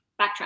backtrack